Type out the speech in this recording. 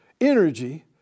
energy